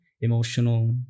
emotional